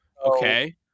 Okay